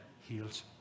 heals